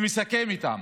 ומסכם איתם.